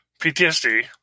PTSD